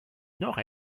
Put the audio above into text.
nord